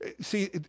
See